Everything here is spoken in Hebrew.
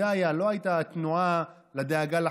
היא לא הייתה התנועה לדאגה לחלש,